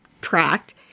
tracked